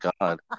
God